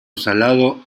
salado